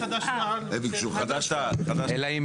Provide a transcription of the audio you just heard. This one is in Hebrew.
"חד"ש-תע"ל".